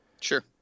Sure